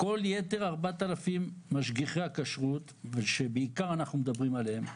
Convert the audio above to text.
כל יתר 4,000 משגיחי הכשרות שבעיקר אנחנו מדברים עליהם,